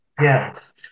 Yes